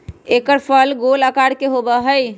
एकर फल गोल आकार के होबा हई